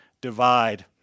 divide